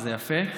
וזה יפה.